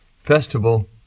festival